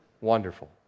Wonderful